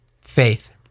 faith